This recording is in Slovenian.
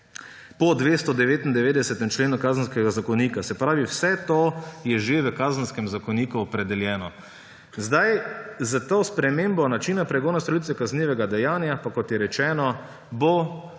po 299. členu Kazenskega zakonika. Vse to je že v Kazenskem zakoniku opredeljeno. S to spremembo načina pregona storilcev kaznivega dejanja pa bo, kot je rečeno, v